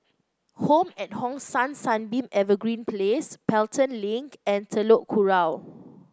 home at Hong San Sunbeam Evergreen Place Pelton Link and Telok Kurau